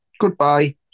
goodbye